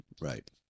Right